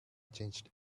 changed